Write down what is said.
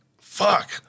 fuck